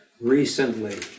recently